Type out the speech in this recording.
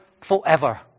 forever